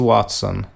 Watson